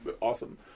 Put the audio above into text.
awesome